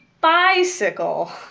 bicycle